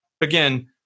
Again